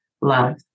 love